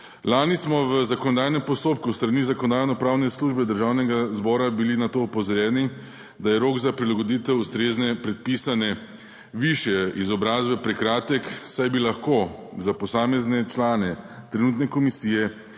Lani smo v zakonodajnem postopku s strani Zakonodajno-pravne službe Državnega zbora bili na to opozorjeni, da je rok za prilagoditev ustrezne predpisane višje izobrazbe prekratek, saj bi lahko za posamezne člane trenutne komisije,